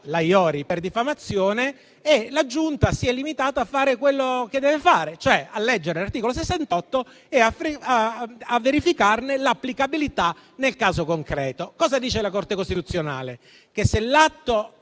la Iori per diffamazione e la Giunta si è limitata a fare quello che deve fare, cioè a leggere l'articolo 68 e a verificarne l'applicabilità nel caso concreto. Cosa dice la Corte costituzionale? Se le opinioni